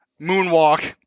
moonwalk